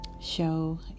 show